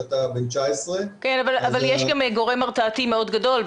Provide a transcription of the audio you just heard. בן 19. כן אבל יש גם גורם הרתעתי מאוד גדול,